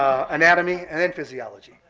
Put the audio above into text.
anatomy and and physiology.